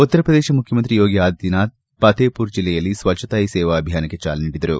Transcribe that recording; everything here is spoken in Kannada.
ಉತ್ತರ ಪ್ರದೇಶ ಮುಖ್ಯಮಂತ್ರಿ ಯೋಗಿ ಆದಿತ್ವನಾಥ್ ಫತೇಹ್ಪುರ್ ಜಿಲ್ಲೆಯಲ್ಲಿ ಸ್ವಚ್ವತಾ ಹಿ ಸೇವಾ ಅಭಿಯಾನಕ್ಕೆ ಚಾಲನೆ ನೀಡಿದರು